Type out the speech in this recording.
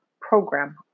program